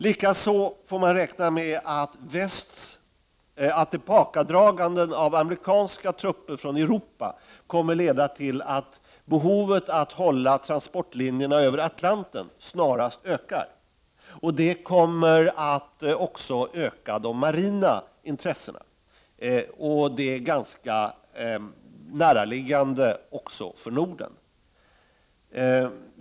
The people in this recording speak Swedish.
Likaså får man räkna med att ett tillbakadragande av amerikanska trupper från Europa kommer att leda till att behovet av att uppehålla transportlinjerna över Atlanten snarast ökar. Det kommer att öka de marina intressena — ganska näraliggande också för Norden.